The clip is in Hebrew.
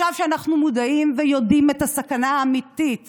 עכשיו כשאנחנו מודעים ויודעים מה הסכנה האמיתית